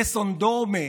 Nessun Dorma.